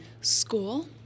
School